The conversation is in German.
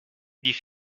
die